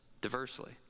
diversely